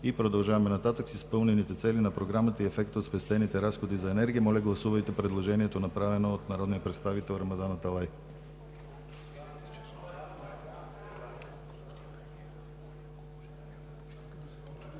и продължаваме нататък с „изпълнените цели на Програмата и ефекта от спестените разходи за енергия.“ Моля, гласувайте предложението, направено от народния представител Рамадан Аталай.